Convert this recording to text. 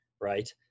right